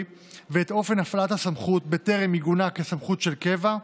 ואת אופן הפעלת הסמכות בטרם עיגונה כסמכות של קבע,